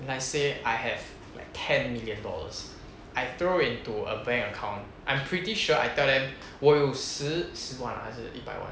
let's say I have like ten million dollars I throw into a bank account I'm pretty sure I tell them 我有十十万啊还是一百万